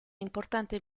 importante